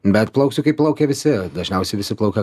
bet plauksiu kaip plaukia visi dažniausiai visi plaukia